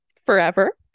forever